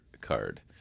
card